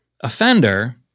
offender